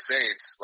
Saints